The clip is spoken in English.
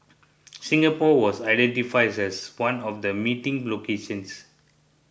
Singapore was identifies as one of the meeting locations